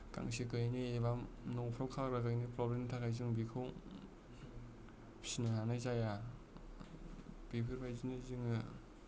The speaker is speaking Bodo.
गांसो गैयिनि एबा न'फोराव खालाबायनो प्रब्लेमनि थाखाय जों बेखौ फिसिनो हानाय जाया बेफोरबायदिनो जोङो